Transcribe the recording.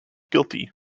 guilty